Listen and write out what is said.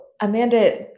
Amanda